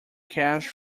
cash